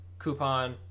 Coupon